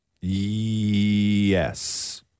Yes